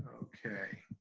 okay.